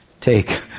take